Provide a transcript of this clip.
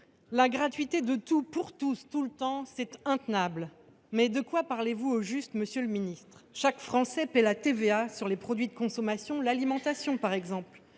La gratuité de tout, pour tous, tout le temps : c’est intenable !». Mais de quoi parlez vous au juste, monsieur le ministre ? Chaque Français paie la TVA sur les produits de consommation, par exemple